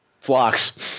flocks